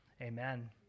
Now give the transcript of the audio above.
Amen